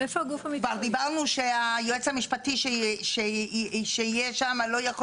כבר דיברנו על זה שהיועץ המשפטי שיש שם לא יכול